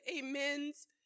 amens